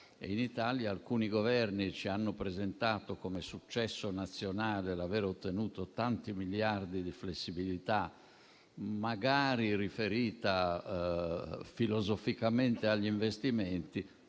In Italia alcuni Governi ci hanno presentato come un successo nazionale l'aver ottenuto tanti miliardi di flessibilità, magari riferita filosoficamente agli investimenti,